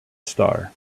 star